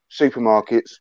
supermarkets